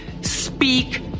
Speak